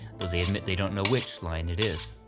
though they admit they don't know which lion it is.